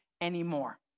anymore